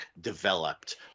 developed